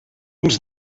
uns